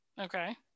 Okay